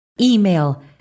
email